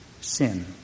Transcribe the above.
sin